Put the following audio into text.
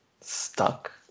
stuck